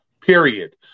period